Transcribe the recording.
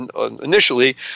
initially